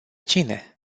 cine